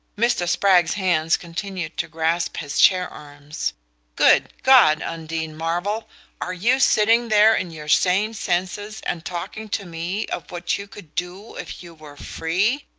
mr. spragg's hands continued to grasp his chair-arms. good god, undine marvell are you sitting there in your sane senses and talking to me of what you could do if you were free?